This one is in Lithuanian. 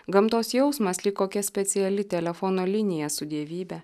gamtos jausmas lyg kokia speciali telefono linija su dievybe